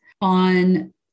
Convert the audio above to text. on